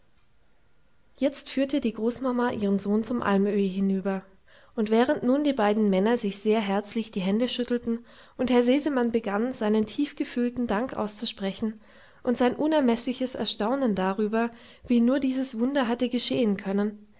jetzt führte die großmama ihren sohn zum almöhi hinüber und während nun die beiden männer sich sehr herzlich die hände schüttelten und herr sesemann begann seinen tiefgefühlten dank auszusprechen und sein unermeßliches erstaunen darüber wie nur dieses wunder hatte geschehen können